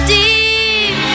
deep